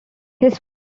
his